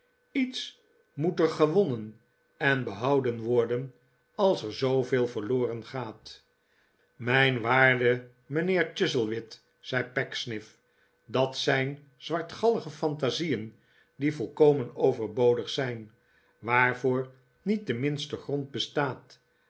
iets moet er gewonnen en behouden worden als er zooveel verloren gaat mijn waarde mijnheer chuzzlewit zet pecksniff dat zijn zwartgallige fantasieen die volkomen overbodig zijn waarvoor niet de minste grond bestaat